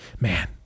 man